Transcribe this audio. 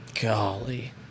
Golly